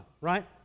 Right